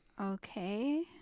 Okay